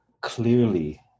clearly